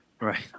Right